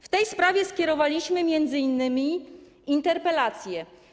W tej sprawie skierowaliśmy m.in. interpelację.